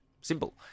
Simple